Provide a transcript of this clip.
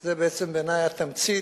זה בעצם בעיני התמצית,